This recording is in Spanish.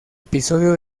episodio